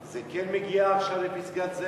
זה כן מגיע עכשיו לפסגת-זאב?